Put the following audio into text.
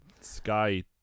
Sky